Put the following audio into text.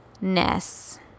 ness